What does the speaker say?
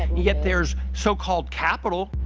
yet there is so called capital.